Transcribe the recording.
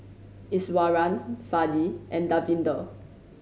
Iswaran Fali and Davinder